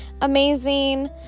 amazing